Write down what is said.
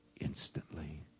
instantly